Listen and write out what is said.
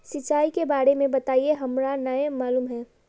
सिंचाई के बारे में बताई हमरा नय मालूम है?